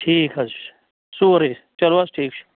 ٹھیٖک حظ چھُ سورُے چلو حظ ٹھیٖک چھُ